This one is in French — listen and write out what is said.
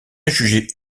jugé